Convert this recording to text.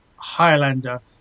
Highlander